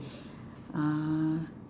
uh